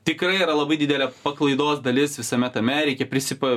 tikrai yra labai didelė paklaidos dalis visame tame reikia prisipa